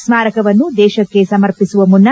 ಸ್ಥಾರಕವನ್ನು ದೇಶಕ್ಕೆ ಸಮರ್ಪಿಸುವ ಮುನ್ನ